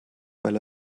weil